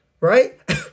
Right